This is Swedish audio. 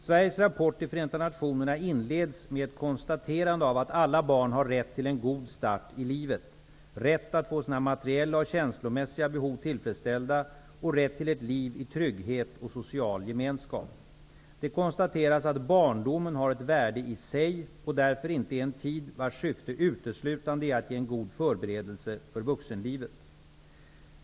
Sveriges rappport till FN inleds med ett konstaterande om att alla barn har rätt till en god start i livet, rätt att få sina materiella och känslomässiga behov tillfredsställda och rätt till ett liv i trygghet och social gemenskap. Det konstateras att barndomen har ett värde i sig och därför är en tid vars syfte uteslutande är att ge en god förberedelse för vuxenlivet.